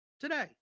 today